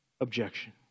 objection